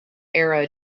era